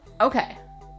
Okay